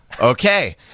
Okay